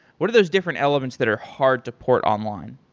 what are those different elements that are hard to port online?